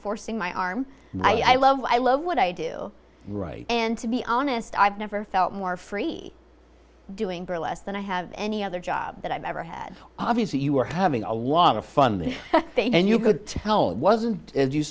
forcing my arm i love i love what i do right and to be honest i've never felt more free doing burlesque than i have any other job that i've ever had obviously you were having a lot of fun and you could tell it wasn't as you